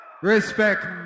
Respect